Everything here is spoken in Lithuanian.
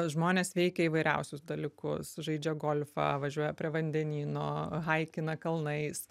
žmonės veikia įvairiausius dalykus žaidžia golfą važiuoja prie vandenyno haikina kalnais